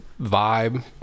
vibe